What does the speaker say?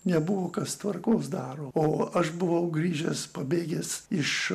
nebuvo kas tvarkos daro o aš buvau grįžęs pabėgęs iš